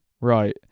right